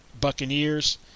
Buccaneers